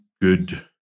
good